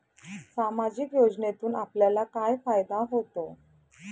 सामाजिक योजनेतून आपल्याला काय फायदा होतो?